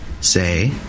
say